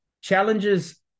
Challenges